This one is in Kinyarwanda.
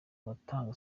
abatanga